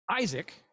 Isaac